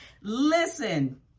Listen